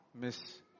miss